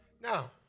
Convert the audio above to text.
Now